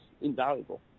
invaluable